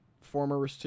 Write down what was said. former